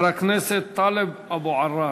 ואחריו, חבר הכנסת טלב אבו עראר.